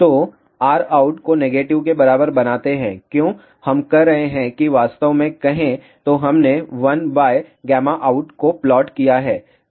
तोRout को नेगेटिव के बराबर बनाते हैं क्यों हम कर रहे हैं कि वास्तव में कहे तो हमने 1out को प्लॉट किया है